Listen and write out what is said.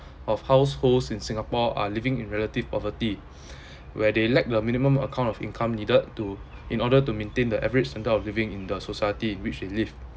of households in singapore are living in relative poverty where they lack the minimum account of income needed to in order to maintain the average standard of living in the society which it live